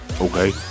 Okay